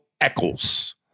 Eccles